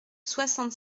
soixante